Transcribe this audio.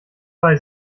bei